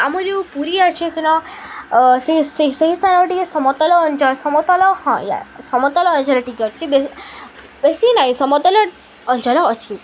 ଆମର ଯେଉଁ ପୁରୀ ଅଛି ସେହି ସ୍ଥାନ ଟିକେ ସମତଳ ଅଞ୍ଚଳ ସମତଳ ହଁ ୟା ସମତଳ ଅଞ୍ଚଳ ଟିକେ ଅଛି ବେଶୀ ନାହିଁ ସମତଳ ଅଞ୍ଚଳ ଅଛି